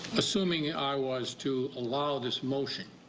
assuming i was to allow this motion,